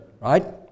right